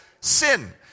sin